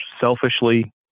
selfishly